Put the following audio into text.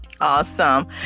Awesome